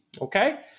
Okay